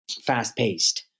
fast-paced